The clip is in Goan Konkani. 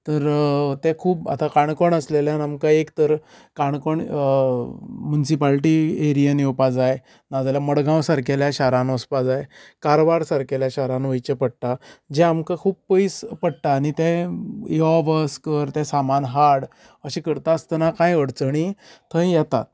तर ते खूब आतां काणकोण आसलेल्यान आमकां एक तर काणकोण मुन्सीपाल्टी एरियेन येवपाक जाय नाजाल्यार मडगांव सारकेल्या शारांत वचपाक जाय कारवार सारकेल्या शारांत वयचे पडटा जे आमकां खूब पयस पडटा आनी ते यो वच कर आनी तें सामान हाड अशें करतना कांय अडचणी थंय येतात